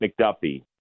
McDuffie